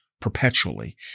perpetually